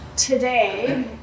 Today